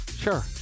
Sure